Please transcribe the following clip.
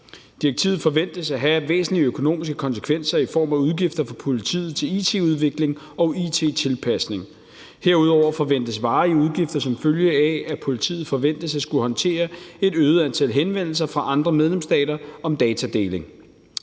Direktivet forventes at have væsentlige økonomiske konsekvenser i form af udgifter for politiet til it-udvikling og it-tilpasning. Herudover forventes varige udgifter, som følge af at politiet forventes at skulle håndtere et øget antal henvendelser fra andre medlemsstater om datadeling.